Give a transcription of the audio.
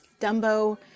Dumbo